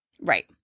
Right